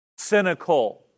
cynical